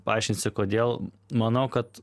paaiškinsiu kodėl manau kad